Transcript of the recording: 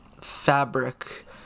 fabric